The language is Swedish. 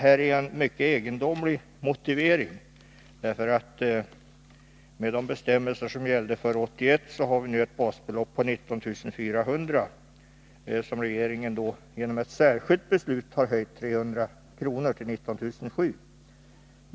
Det är en mycket egendomlig motivering. Med de bestämmelser som gällde före 1981 har vi fått ett basbelopp på 19 400 kr., som regeringen genom ett särskilt beslut höjt med 300 kr. till 19 700 kr.